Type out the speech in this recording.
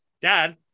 dad